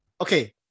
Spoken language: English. okay